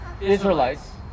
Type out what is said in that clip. Israelites